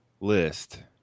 list